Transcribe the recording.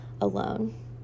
alone